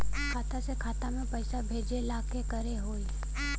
खाता से खाता मे पैसा भेजे ला का करे के होई?